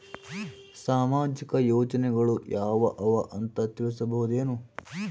ಸಾಮಾಜಿಕ ಯೋಜನೆಗಳು ಯಾವ ಅವ ಅಂತ ತಿಳಸಬಹುದೇನು?